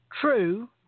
True